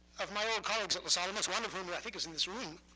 of my old colleagues at los alamos, one of whom i think is in this room,